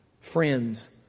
friends